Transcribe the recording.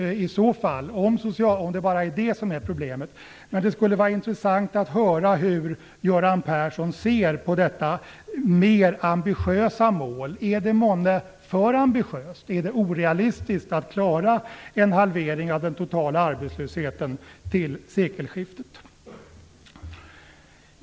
Det skulle vara intressant att höra hur Göran Persson ser på detta mer ambitiösa mål. Är det månne för ambitiöst? Är det orealistiskt att klara en halvering av den totala arbetslösheten till sekelskiftet?